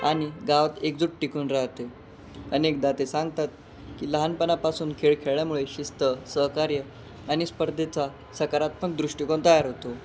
आणि गावात एकजूट टिकून राहते अनेकदा ते सांगतात की लहानपनापासून खेळ खेळल्यामुळे शिस्त सहकार्य आणि स्पर्धेचा सकारात्मक दृष्टिकोन तयार होतो